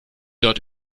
dort